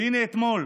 והינה אתמול,